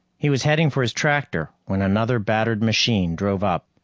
he was heading for his tractor when another battered machine drove up.